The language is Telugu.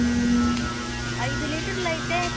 ఐదు లీటర్లు అయితే